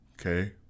Okay